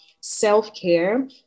self-care